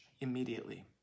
immediately